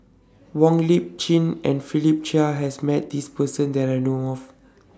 Wong Lip Chin and Philip Chia has Met This Person that I know of